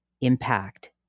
impact